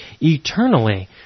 eternally